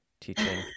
teaching